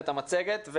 את המצגת,